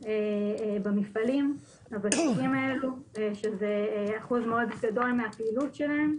במפעלים האלו, שזה אחוז מאוד גדול מהפעילות שלהם.